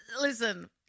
Listen